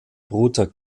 bruder